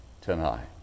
tonight